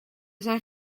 zijn